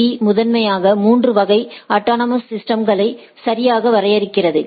பீ முதன்மையாக 3 வகை அட்டானமஸ் சிஸ்டம்ஸ்களை சரியாக வரையறுக்கிறது